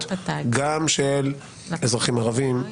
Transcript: גם של אזרחים ערבים,